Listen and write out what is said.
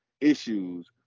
issues